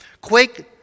Quake